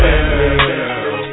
Girl